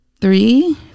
three